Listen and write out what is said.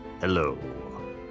hello